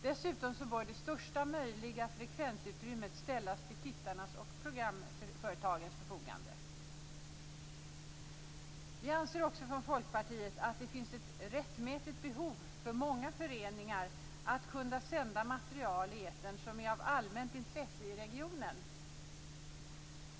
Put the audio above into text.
Dessutom bör det största möjliga frekvensutrymmet ställas till tittarnas och programföretagens förfogande. Vi i Folkpartiet anser också att det finns ett rättmätigt behov för många föreningar att kunna sända material i etern som är av allmänt intresse i regionen.